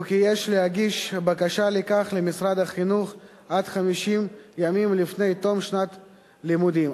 ויש להגיש בקשה לכך למשרד החינוך עד 50 ימים לפני תום שנת לימודים,